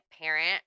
parent